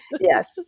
yes